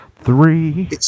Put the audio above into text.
Three